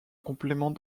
complément